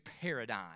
paradigm